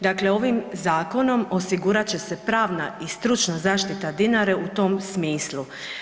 Dakle, ovim zakonom osigurat će se pravna i stručna zaštita Dinare u tom smislu.